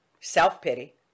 self-pity